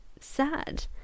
sad